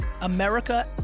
America